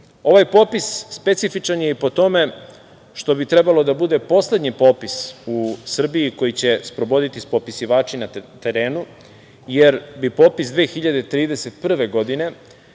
popis specifičan je i po tome što bi trebalo da bude poslednji popis Srbiji koji će sprovoditi popisivači na terenu, jer bi popis 2031. godine